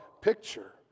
picture